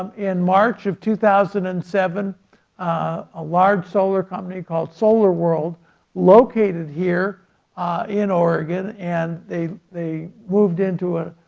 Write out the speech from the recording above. um in march of two thousand and seven a large solar company called solar world located here in oregon and they they moved into